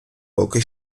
поки